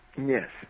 Yes